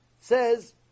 says